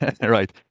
right